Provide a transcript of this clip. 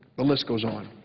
the list goes on.